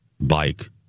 bike